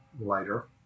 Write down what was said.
lighter